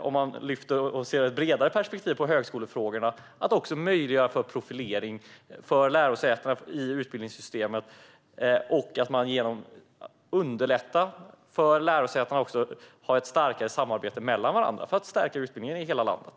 Om man har ett bredare perspektiv på högskolefrågorna tror jag att man också ska möjliggöra för profilering för lärosätena i utbildningssystemet och underlätta för lärosätena att ha ett starkare samarbete mellan varandra för att stärka utbildningen i hela landet.